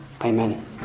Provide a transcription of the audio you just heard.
Amen